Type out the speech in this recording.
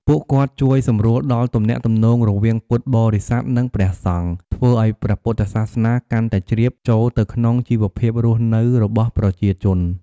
ពួកគាត់ជួយសម្រួលដល់ទំនាក់ទំនងរវាងពុទ្ធបរិស័ទ និងព្រះសង្ឃ ធ្វើឱ្យព្រះពុទ្ធសាសនាកាន់តែជ្រាបចូលទៅក្នុងជីវភាពរស់នៅរបស់ប្រជាជន។